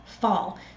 fall